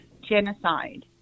genocide